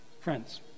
Friends